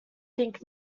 think